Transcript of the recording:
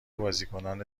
بازیکنان